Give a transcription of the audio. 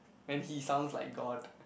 and he sounds like god